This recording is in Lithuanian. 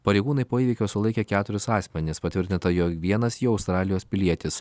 pareigūnai po įvykio sulaikė keturis asmenis patvirtinta jog vienas jų australijos pilietis